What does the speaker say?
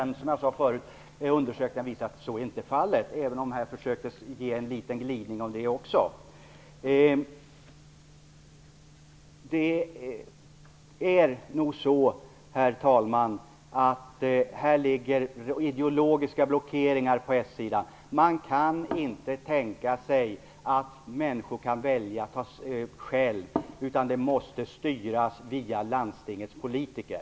Men undersökningar har visat att så inte är fallet, även om det här gjordes försök till en liten glidning om att det var så. Herr talman! Det är nog så att det finns blockeringar på s-sidan. Man kan inte tänka sig att människor själva kan välja, utan de måste styras via landstingets politiker.